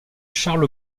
charles